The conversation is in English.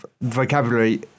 vocabulary